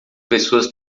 pessoas